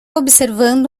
observando